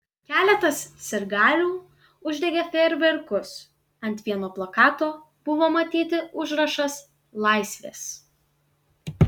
keletas sirgalių uždegė fejerverkus ant vieno plakato buvo matyti užrašas laisvės